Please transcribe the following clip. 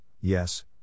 yes